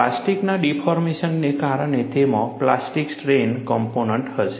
પ્લાસ્ટિકના ડિફોર્મેશનને કારણે તેમાં પ્લાસ્ટિક સ્ટ્રેન કમ્પોનન્ટ હશે